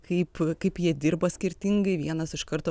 kaip kaip jie dirba skirtingai vienas iš karto